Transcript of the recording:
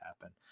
happen